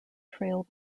trail